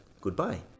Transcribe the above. goodbye